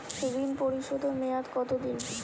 ঋণ পরিশোধের মেয়াদ কত দিন?